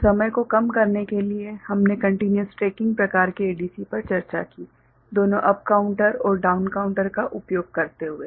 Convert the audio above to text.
और समय को कम करने के लिए हमने कंटिन्युस ट्रैकिंग प्रकार के ADC पर चर्चा की दोनों अप काउंटर और डाउन काउंटर का उपयोग करते हुए